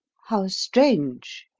how strange!